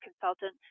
consultant